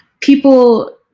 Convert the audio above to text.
people